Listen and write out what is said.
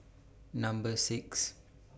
Number six